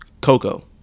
Coco